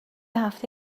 هفته